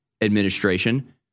administration